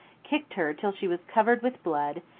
kicked her till she was covered with blood,